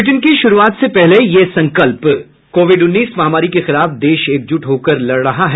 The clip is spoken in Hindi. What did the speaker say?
बुलेटिन की शुरूआत से पहले ये संकल्प कोविड उन्नीस महामारी के खिलाफ देश एकजुट होकर लड़ रहा है